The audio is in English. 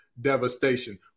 devastation